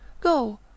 Go